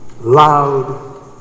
loud